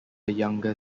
younger